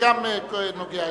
נתקבלה.